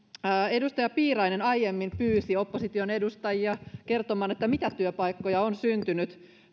edustaja piirainen aiemmin pyysi opposition edustajia kertomaan mitä työpaikkoja on syntynyt